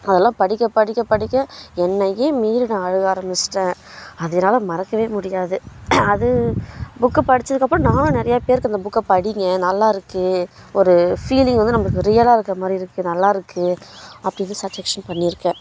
அதெல்லாம் படிக்க படிக்க படிக்க என்னையே மீறி நான் அழுக ஆரம்பிச்சிட்டேன் அது என்னால் மறக்கவே முடியாது அது புக்கு படித்ததுக்கு அப்புறம் நானும் நிறையா பேருக்கு இந்த புக்கை படிங்க நல்லா இருக்குது ஒரு ஃபீலிங் வந்து நம்மளுக்கு ரியாலாக இருக்கிற மாதிரி இருக்குது நல்லா இருக்குது அப்படினு சஜாக்ஷன் பண்ணியிருக்கேன்